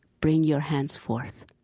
bring your hands forth.